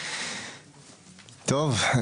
טוב.